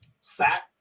sat